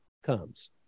comes